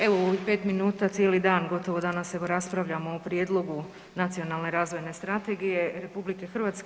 Evo u ovih pet minuta cijeli dan gotovo danas evo raspravljamo o prijedlogu Nacionalne razvojne strategije RH.